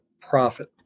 profit